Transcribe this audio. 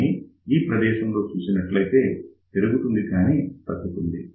కానీ ఈ ప్రదేశంలో చూసినట్లయితే పెరుగుతుంది కానీ తగ్గుతుంది